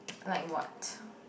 like what